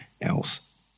else